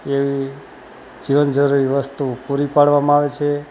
એવી જીવન જરૂરી વસ્તુ પૂરી પાડવામાં આવે છે